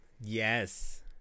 Yes